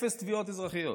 אפס תביעות אזרחיות.